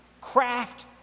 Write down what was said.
Craft